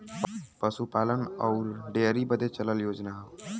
पसूपालन अउर डेअरी बदे चलल योजना हौ